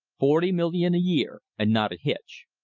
forty million a year, and not a hitch.